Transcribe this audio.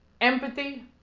empathy